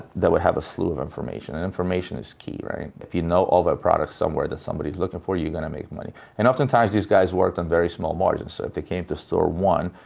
would have a slew of information and information is key, right? if you know of a product somewhere that somebody's looking for, you're going to make money. and often times, these guys work on very small margins. so, if they came to store one,